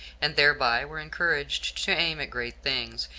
and thereby were encouraged to aim at great things,